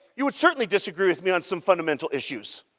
you would certainly disagree with me on some fundamental issues.